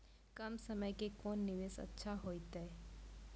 कम समय के कोंन निवेश अच्छा होइतै?